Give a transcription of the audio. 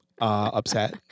upset